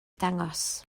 dangos